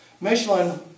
Michelin